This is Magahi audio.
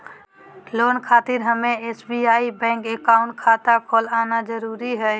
लोन खातिर हमें एसबीआई बैंक अकाउंट खाता खोल आना जरूरी है?